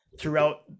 throughout